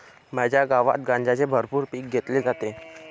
माझ्या गावात गांजाचे भरपूर पीक घेतले जाते